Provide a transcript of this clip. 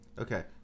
Okay